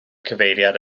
cyfeiriad